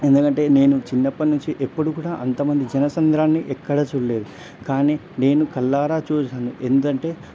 ఎందుకంటే నేను చిన్నప్పటి నుంచి ఎప్పుడు కూడా అంతమంది జనసంద్రాన్ని ఎక్కడ చూడలేదు కానీ నేను కళ్ళారా చూశాను ఎంతంటే